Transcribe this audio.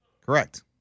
Correct